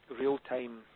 real-time